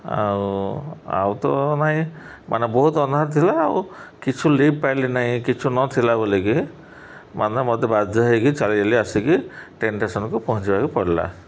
ଆଉ ଆଉ ତ ନାଇଁ ମାନେ ବହୁତ ଅନହାର ଥିଲା ଆଉ କିଛି ଲିଫ୍ଟ ପାଇଲି ନାହିଁ କିଛୁ ନଥିଲା ବୋଲିକି ମାନେ ମୋତେ ବାଧ୍ୟ ହେଇକି ଚାଲି ଚାଲି ଆସିକି ଟ୍ରେନ୍ ଷ୍ଟେସନ୍କୁ ପହଞ୍ଚିବାକୁ ପଡ଼ିଲା